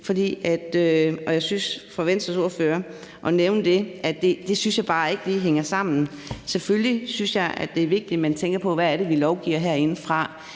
når Venstres ordfører nævner det. For sådan synes jeg bare ikke lige det hænger sammen. Selvfølgelig er det vigtigt, at man tænker på, hvad det er, vi lovgiver om herindefra,